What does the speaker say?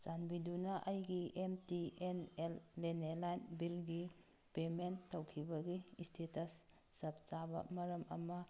ꯆꯥꯟꯕꯤꯗꯨꯅ ꯑꯩꯒꯤ M T N L ꯂꯦ ꯂꯦꯟꯂꯥꯏꯟ ꯕꯤꯜꯒꯤ ꯄꯦꯃꯦꯟ ꯇꯧꯈꯤꯕꯒꯤ ꯁ꯭ꯇꯦꯇꯁ ꯆꯞ ꯆꯥꯕ ꯃꯔꯝ ꯑꯃ